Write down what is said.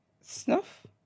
Snuff